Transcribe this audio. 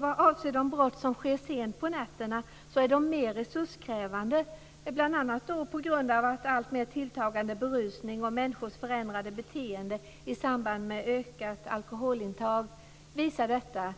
Vad avser de brott som sker sent på nätterna är de mer resurskrävande, bl.a. på grund av att alltmer tilltagande berusning och människors förändrade beteende i samband med ökat alkoholintag visar detta.